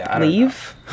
leave